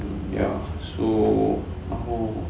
ya so 然后